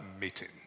meeting